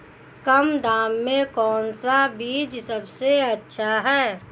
कम दाम में कौन सा बीज सबसे अच्छा है?